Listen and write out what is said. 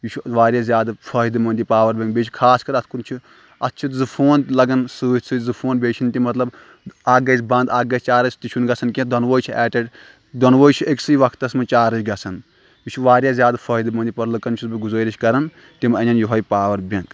یہِ چھُ واریاہ زیادٕ فٲیدٕ منٛد یہِ پاوَر بٮ۪نٛک بیٚیہِ چھُ خاص کَر اَتھ کُن چھُ اَتھ چھِ زٕ فون لَگان سۭتۍ سۭتۍ زٕ فون بیٚیہِ چھِنہٕ تِم مطلب اَکھ گژھِ بنٛد اَکھ گژھِ چارٕج تہِ چھُنہٕ گژھان کیٚنٛہہ دۄنوَے چھِ ایٹ اےٚ دۄنوَے چھِ أکۍسٕے وقتَس منٛز چارٕج گژھان یہِ چھُ واریاہ زیادٕ فٲیدٕ منٛد یہِ لُکَن چھُس بہٕ گُزٲرِش کَران تِم اَنَن یِہوٚے پاوَر بٮ۪نٛک